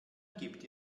gibt